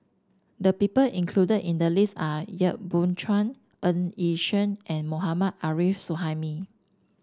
the people include in the list are Yap Boon Chuan Ng Yi Sheng and Mohammad Arif Suhaimi